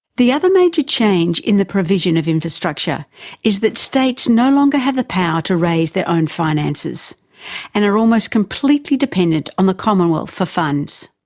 the other major change in the provision of infrastructure is that states no longer have the power to raise their own finances and are almost completely dependent on the commonwealth for funds.